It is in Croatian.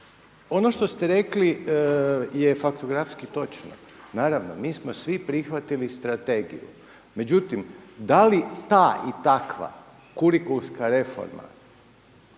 Ono što ste rekli je faktografski točno, naravno mi smo svi prihvatili strategiju. Međutim da li ta i takva kurikulska reforma,